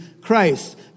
Christ